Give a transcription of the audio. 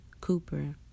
Cooper